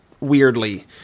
weirdly